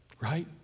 Right